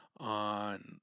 on